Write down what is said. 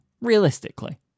realistically